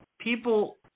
people –